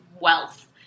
Wealth